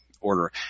order